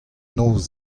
noz